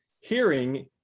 Hearing